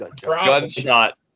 Gunshot